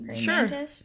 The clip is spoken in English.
sure